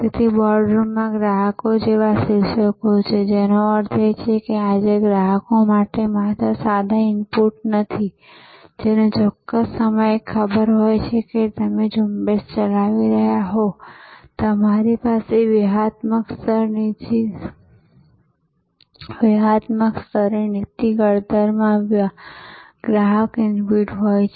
તેથી બોર્ડરૂમમાં ગ્રાહકો જેવા શીર્ષકો છે જેનો અર્થ એ છે કે આજે ગ્રાહકો માત્ર સાદા ઇનપુટ્સ નથી જે તમને ચોક્કસ સમયે ખબર હોય છે જ્યારે તમે ઝુંબેશ ચલાવી રહ્યા હોવ તમારી પાસે વ્યૂહાત્મક સ્તરે નીતિ ઘડતરમાં ગ્રાહક ઇનપુટ્સ હોય છે